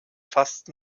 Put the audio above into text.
fast